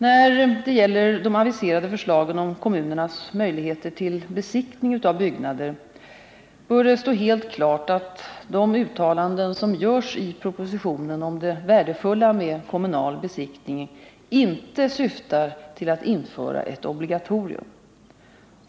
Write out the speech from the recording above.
När det gäller de aviserade förslagen om kommunernas möjligheter till besiktning av byggnader bör det stå helt klart att de uttalanden som görs i propositionen om det värdefulla med kommunal besiktning inte syftar till att införa ett obligatorium.